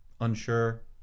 unsure